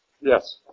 Yes